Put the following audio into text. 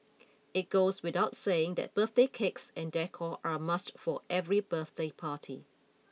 it goes without saying that birthday cakes and decor are a must for every birthday party